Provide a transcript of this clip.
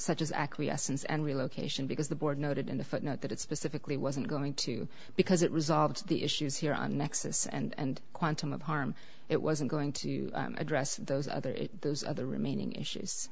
such as acquiescence and relocation because the board noted in the footnote that it specifically wasn't going to because it resolved the issues here on nexus and quantum of harm it wasn't going to address those other it those other remaining issues